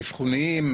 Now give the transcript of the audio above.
אבחוניים,